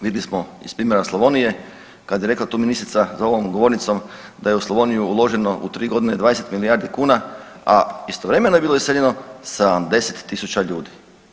Vidjeli smo iz primjera Slavonije kada je rekla tu ministrica za ovom govornicom da je u Slavoniju uloženo u 3 godine 20 milijardi kuna a istovremeno je bilo iseljeno 70 000 ljudi.